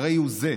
הריהו זה: